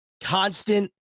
constant